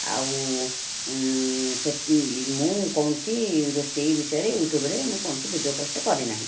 ଆଉ ସେ ମୁଁ କୌଣସି ରୋଷେଇ ବିଷୟରେ ୟୁଟ୍ୟୁବ ରେ ମୁଁ କୌଣସି ଭିଡିଓ ପୋଷ୍ଟ କରିନାହିଁ